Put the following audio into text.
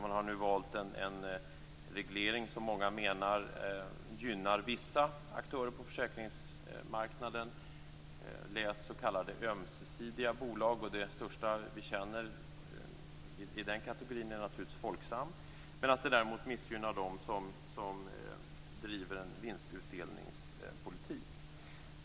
Man har nu valt en reglering som många menar gynnar vissa aktörer på försäkringsmarknaden - läs s.k. ömsesidiga bolag, och det största som vi känner i den kategorin är naturligtvis Folksam - medan den däremot missgynnar dem som driver en vinstutdelningspolitik.